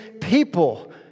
people